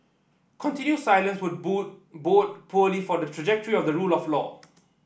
continued silence would bode poorly for the trajectory of the rule of law